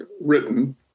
written